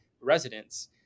residents